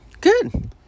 Good